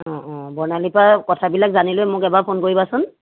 অঁ অঁ বৰ্ণালী পৰা কথাবিলাক জানি লৈ মোক এবাৰ ফোন কৰিবাচোন